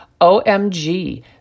OMG